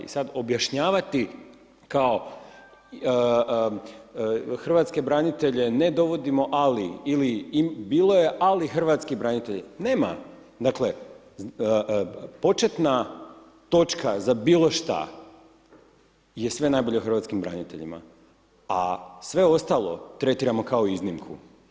I sad objašnjavati kao Hrvatske branitelje ne dovodimo ali, ili bilo je ali Hrvatski branitelji, nema, dakle početna točka za bilo šta je sve najbolje o Hrvatskim braniteljima, a sve ostalo tretiramo kao iznimku.